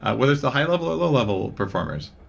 ah whether it's the high level or low level performers?